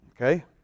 okay